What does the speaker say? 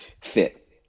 fit